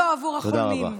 עבור החולמים.